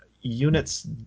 units